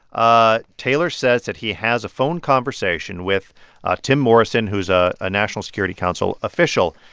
ah taylor says that he has a phone conversation with ah tim morrison, who's ah a national security council official.